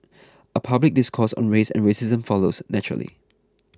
a public discourse on race and racism follows naturally